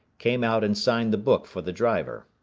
came out and signed the book for the driver.